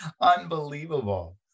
unbelievable